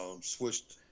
switched